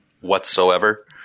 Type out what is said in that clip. whatsoever